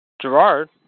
Gerard